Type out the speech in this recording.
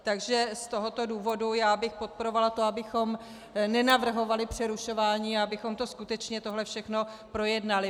Takže z tohoto důvodu bych podporovala to, abychom nenavrhovali přerušování, abychom to skutečně všechno projednali.